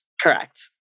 Correct